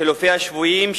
חילופי השבויים,